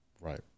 Right